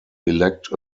elect